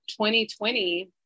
2020